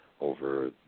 over